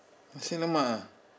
nasi lemak ah